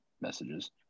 messages